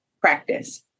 practice